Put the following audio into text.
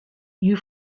you